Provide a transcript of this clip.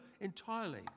entirely